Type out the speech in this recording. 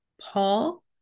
Paul